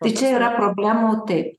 tai čia yra problemų taip